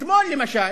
אתמול, למשל,